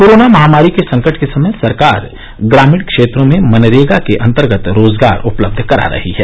corona महामारी के संकट के समय सरकार ग्रामीण क्षेत्रों में मनरेगा के अंतर्गत रोजगार उपलब्ध करा रही है